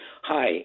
Hi